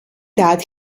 that